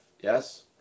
Yes